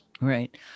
Right